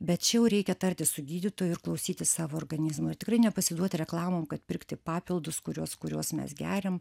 bet čia jau reikia tartis su gydytoju ir klausyti savo organizmo ir tikrai nepasiduoti reklamom kad pirkti papildus kuriuos kuriuos mes geriam